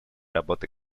работы